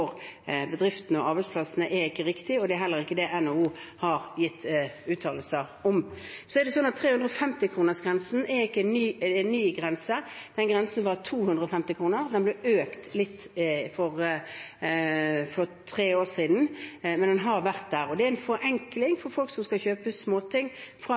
bedriftene og arbeidsplassene, er ikke riktig, og det er heller ikke det NHO har gitt uttalelser om. 350-kronersgrensen er ikke en ny grense. Grensen var 250 kr, den ble økt litt for tre år siden, men den har vært der. Dette er en forenkling av tollbehandlingen for folk som skal kjøpe småting fra